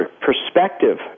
perspective